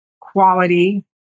quality